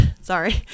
Sorry